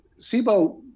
SIBO